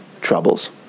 Troubles